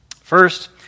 First